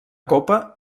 copa